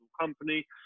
company